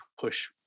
push